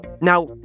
Now